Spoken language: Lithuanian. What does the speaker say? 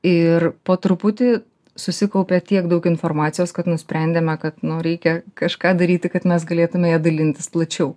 ir po truputį susikaupė tiek daug informacijos kad nusprendėme kad nu reikia kažką daryti kad mes galėtume ja dalintis plačiau